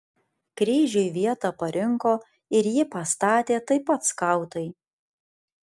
kryžiui vietą parinko ir jį pastatė taip pat skautai